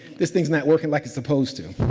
this thing's not working like it's supposed to.